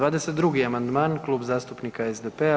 22. amandman, Klub zastupnika SDP-a.